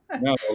no